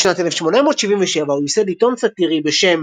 בשנת 1877 הוא ייסד עיתון סאטירי בשם